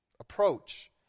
approach